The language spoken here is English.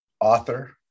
author